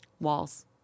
Walls